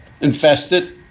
infested